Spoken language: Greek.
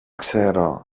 ξέρω